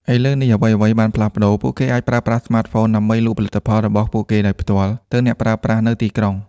ឥឡូវនេះ អ្វីៗបានផ្លាស់ប្ដូរ ពួកគេអាចប្រើប្រាស់ស្មាតហ្វូនដើម្បីលក់ផលិតផលរបស់ពួកគេដោយផ្ទាល់ទៅអ្នកប្រើប្រាស់នៅទីក្រុង។